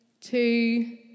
two